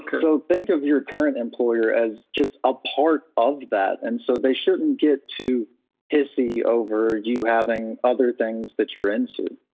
so think of your current employer as just a part of that and so they shouldn't get too hissy over you having other things that you're into.